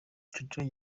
jojo